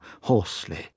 hoarsely